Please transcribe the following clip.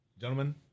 Gentlemen